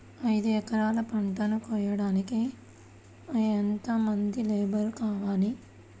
ఐదు ఎకరాల పంటను కోయడానికి యెంత మంది లేబరు కావాలి?